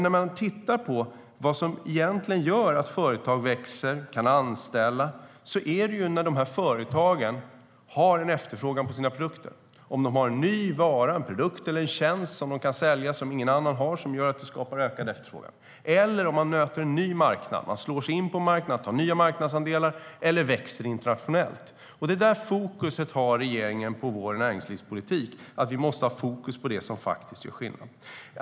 När man tittar på vad som egentligen gör att företag växer och kan anställa är det när företagen har en efterfrågan på sina produkter. Det handlar om att de har en ny vara, produkt eller tjänst, som de kan sälja som ingen annan har som gör att det skapar ökad efterfrågan, eller om de möter en ny marknad, slår sig in på marknaden, tar nya marknadsandelar eller växer internationellt. Detta fokus har regeringen på vår näringslivspolitik. Vi måste ha fokus på det som faktiskt gör skillnad.